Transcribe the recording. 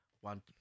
one